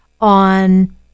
on